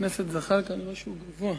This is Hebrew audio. אדוני היושב-ראש,